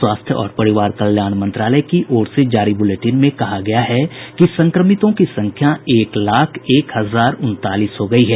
स्वास्थ्य और परिवार कल्याण मंत्रालय की ओर से जारी बुलेटिन में कहा गया है कि संक्रमितों की संख्या एक लाख एक हजार उनतालीस हो गयी है